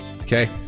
Okay